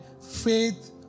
faith